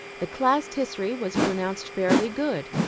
the class history was pronounced fairly good.